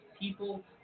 people